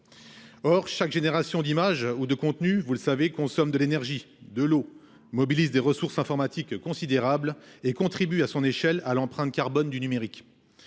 Or, chaque génération d'image ou de contenu consomme de l'énergie, de l'eau, mobilise des ressources informatiques considérables et contribue à son échelle à l'empreinte carbone du numérique.